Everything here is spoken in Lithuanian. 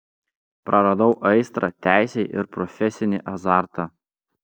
praradau aistrą teisei ir profesinį azartą